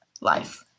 life